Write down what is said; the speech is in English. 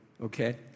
Okay